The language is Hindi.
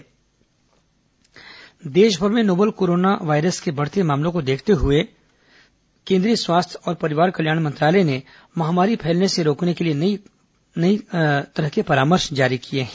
कोरोना परामर्श देशभर में नोवेल कोरोना के बढ़ते मामलों के देखते हुए केंद्रीय स्वास्थ्य और परिवार कल्याण मंत्रालय ने महामारी फैलने से रोकने के लिए कई परामर्श जारी किए हैं